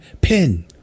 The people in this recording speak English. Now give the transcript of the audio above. pin